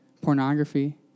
Pornography